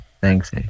Thanks